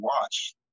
watch